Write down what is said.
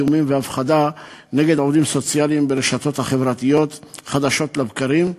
איומים והפחדה נגד עובדים סוציאליים ברשתות החברתיות חדשות לבקרים,